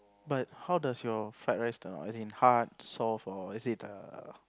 but how does your fried rice start out as in hard soft or let's say the